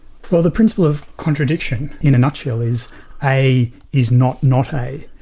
well the principle of contradiction, in a nutshell, is a is not not a.